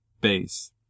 base